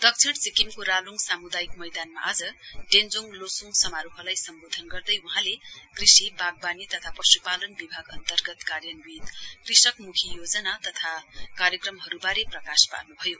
दक्षिण सिक्किमको रालोङ सामुदायिक मैदानमा आज डेञ्जोङ लोसुङ समारोहलाई सम्बोधन गर्दै वहाँले कृषि बागबानी तथा पशुपालन विभाग अन्तर्गत कार्यान्वित कृषकमुखी योजना तथा कार्यक्रमहरूबारे प्रकाश पार्नुभयो